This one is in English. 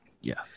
Yes